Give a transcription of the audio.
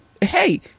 Hey